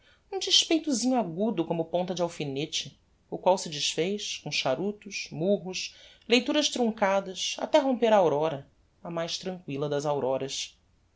um despeitosinho agudo como ponta de alfinete o qual se desfez com charutos murros leituras truncadas até romper a aurora a mais tranquilla das auroras